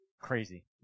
Crazy